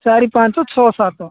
ଚାରି ପାଞ୍ଚ ଛଅ ସାତ